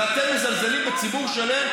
ואתם מזלזלים בציבור שלם,